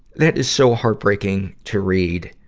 that is so heartbreaking to read.